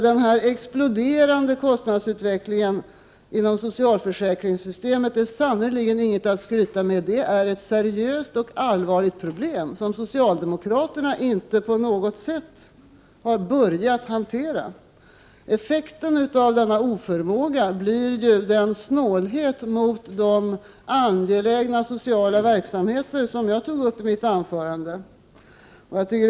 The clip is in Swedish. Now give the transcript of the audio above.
Den här exploderande kostnadsutvecklingen inom socialförsäkringssystemet är sannerligen inget att skryta över. Det är ett seriöst och allvarligt problem som socialdemokraterna inte på något sätt har börjat hantera. Som jag tog upp i mitt anförande blir ju effekten av denna oförmåga en snålhet mot angelägna sociala verksamheter.